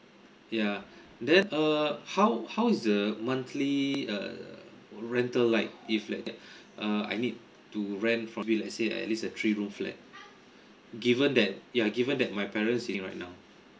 yeah then err how how is the monthly uh rental like if let uh I need to rent maybe let's say at least a three room flat given that ya given that my parents sitting right now